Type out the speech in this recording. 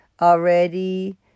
Already